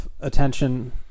attention